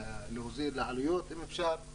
להוזיל עלויות אם אפשר,